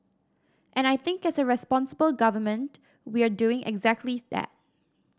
and I think as a responsible government we're doing exactly that